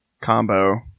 combo